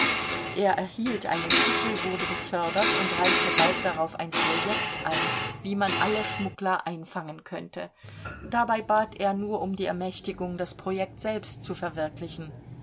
er erhielt einen titel wurde befördert und reichte bald darauf ein projekt ein wie man alle schmuggler einfangen könnte dabei bat er nur um die ermächtigung das projekt selbst zu verwirklichen